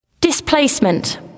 Displacement